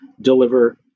deliver